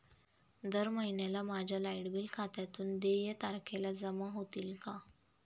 दर महिन्याला माझ्या लाइट बिल खात्यातून देय तारखेला जमा होतील का?